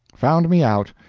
found me out,